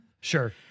Sure